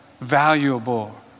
valuable